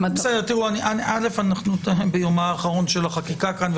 אנחנו ביומה האחרון של החקיקה כאן,